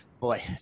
boy